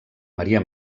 maria